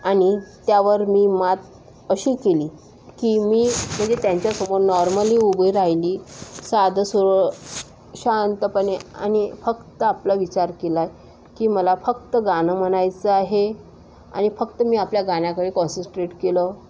आणि त्यावर मी मात अशी केली की मी म्हणजे त्यांच्यासमोर नॉर्मली उभी राहिली साधं सूर शांतपणे आणि फक्त आपला विचार केला की मला फक्त गाणं म्हणायचं आहे आणि फक्त मी आपल्या गाण्याकडे कॉन्ससट्रेट केलं